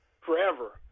forever